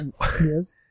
Yes